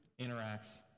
interacts